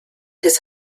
his